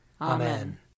Amen